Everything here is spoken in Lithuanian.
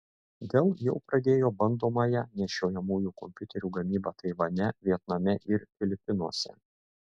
dell jau pradėjo bandomąją nešiojamųjų kompiuterių gamybą taivane vietname ir filipinuose